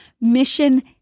Mission